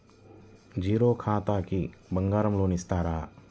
Zero ఖాతాకి బంగారం loan ఇస్తారా?